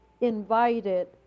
invited